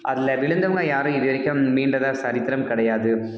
அதில் விழுந்தவங்க யாரும் இது வரைக்கும் மீண்டதாக சரித்திரம் கிடையாது